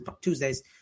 Tuesdays